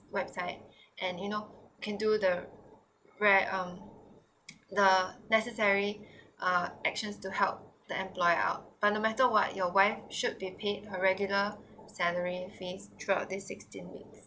website and you know can do the where um the necessary uh actions to help the employer out but no matter what your wife should be paid her regular salary fees throughout this sixteen weeks